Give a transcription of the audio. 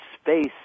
space